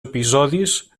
episodis